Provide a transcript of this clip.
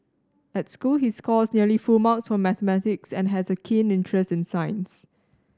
at school he scores nearly full marks for mathematics and has a keen interest in science